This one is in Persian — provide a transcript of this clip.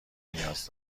نیاز